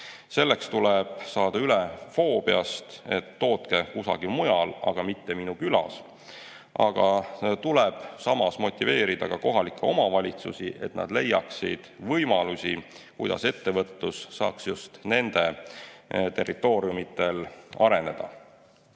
Selleks tuleb saada üle foobiast, et tootke kusagil mujal, aga mitte minu külas. Samas tuleb motiveerida ka kohalikke omavalitsusi, et nad leiaksid võimalusi, kuidas ettevõtlus saaks just nende territooriumil areneda.